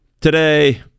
Today